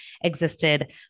existed